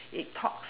it talks